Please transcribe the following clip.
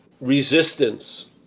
resistance